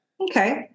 Okay